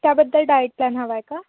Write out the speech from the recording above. त्याबद्दल diet plan हवा आहे का